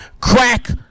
Crack